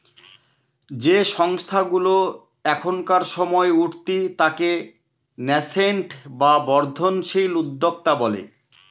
যে সংস্থাগুলা এখনকার সময় উঠতি তাকে ন্যাসেন্ট বা বর্ধনশীল উদ্যোক্তা বলে